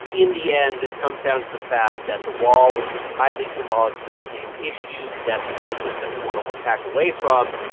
in the end, this comes down to the fact that the wall was this highly symbolic campaign issue that the president doesn't want to back away from.